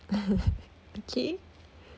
okay